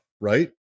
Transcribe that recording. right